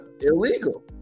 illegal